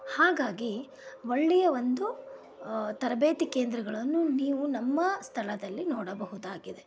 ಹಾಗಾಗಿ ಒಳ್ಳೆಯ ಒಂದು ತರಬೇತಿ ಕೇಂದ್ರಗಳನ್ನು ನೀವು ನಮ್ಮ ಸ್ಥಳದಲ್ಲಿ ನೋಡಬಹುದಾಗಿದೆ